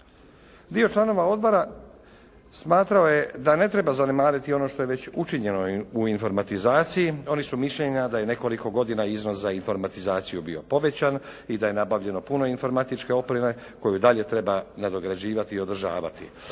Dio članova odbora smatrao je da ne treba zanemariti ono što je već učinjeno u informatizaciji. Oni su mišljenja da je nekoliko godina iznos za informatizaciju bio povećan i da je nabavljeno puno informatičke opreme koju dalje treba nadograđivati i održavati.